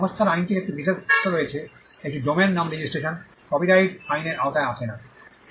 সংস্থার আইনটির একটি বিশেষ্য রয়েছে একটি ডোমেন নাম রেজিস্ট্রেশন কপিরাইট আইনের আওতায় আসে না